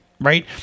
right